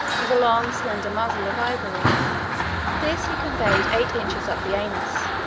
with a long slender muzzle of ivory this he conveyed eight inches up the anus,